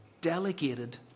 Delegated